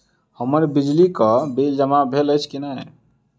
हम्मर बिजली कऽ बिल जमा भेल अछि की नहि?